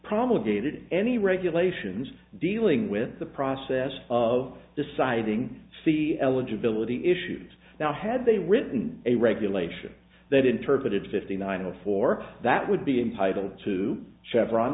promulgated any regulations dealing with the process of deciding see eligibility issues now had they written a regulation that interpreted fifty nine and four that would be impossible to chevron